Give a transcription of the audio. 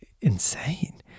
insane